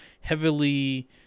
heavily